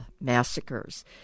massacres